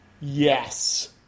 Yes